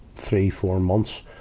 three, four months,